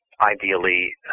ideally